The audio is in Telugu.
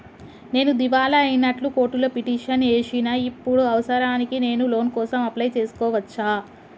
నేను దివాలా అయినట్లు కోర్టులో పిటిషన్ ఏశిన ఇప్పుడు అవసరానికి నేను లోన్ కోసం అప్లయ్ చేస్కోవచ్చా?